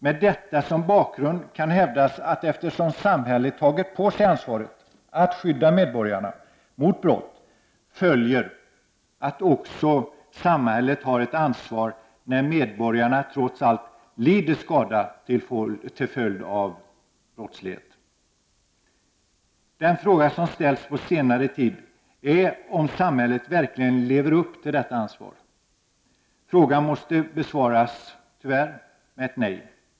Med detta som bakgrund kan hävdas att av detta följer, eftersom samhället tagit på sig ansvaret att skydda medborgarna mot brott, att samhället också har ansvaret när medborgarna trots allt lider skada till följd av brottslighet. Den fråga som ställts på senare tid är om samhället verkligen lever upp till detta ansvar. Frågan måste tyvärr besvaras med nej.